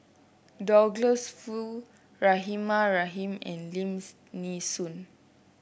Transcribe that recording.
Douglas Foo Rahimah Rahim and Lim Nee Soon